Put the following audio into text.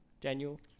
Daniel